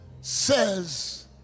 Says